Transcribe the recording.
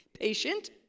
patient